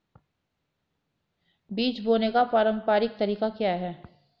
बीज बोने का पारंपरिक तरीका क्या है?